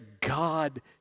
God